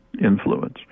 influence